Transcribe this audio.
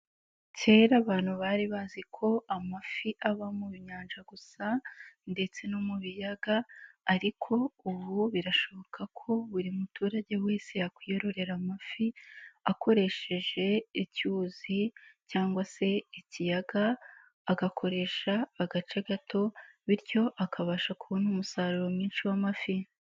Kera abantu bari bazi ko amafi aba mu nyanja gusa ndetse no mu biyaga ariko ubu birashoboka ko buri muturage wese yakwiyororera amafi akoresheje icyuzi cyangwa se ikiyaga agakoresha agace gato bityo akabasha kubona umusaruro mwinshi w'amafi.